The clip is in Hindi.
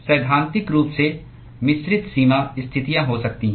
सैद्धांतिक रूप से मिश्रित सीमा स्थितियां हो सकती हैं